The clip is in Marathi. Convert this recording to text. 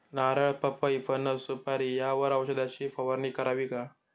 नारळ, पपई, फणस, सुपारी यावर औषधाची फवारणी करावी का?